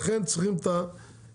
ולכן צריך את העזרה,